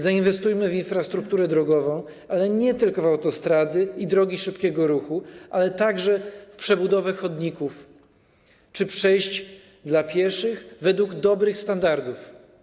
Zainwestujmy w infrastrukturę drogową, ale nie tylko w autostrady i drogi szybkiego ruchu, ale także w przebudowę chodników czy przejść dla pieszych według dobrych standardów.